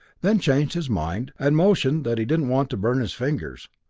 then changed his mind, and motioned that he didn't want to burn his fingers.